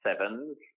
sevens